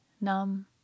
numb